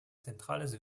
zentrales